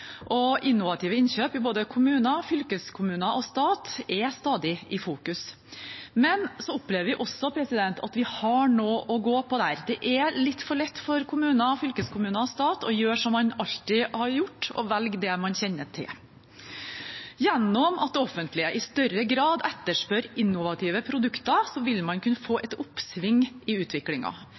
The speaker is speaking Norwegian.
og innovative innkjøp i både kommuner, fylkeskommuner og stat er stadig i fokus. Vi opplever også at vi har noe å gå på der. Det er litt for lett for kommuner, fylkeskommuner og stat å gjøre som man alltid har gjort, og velge det man kjenner til. Gjennom at det offentlige i større grad etterspør innovative produkter vil man kunne få et oppsving i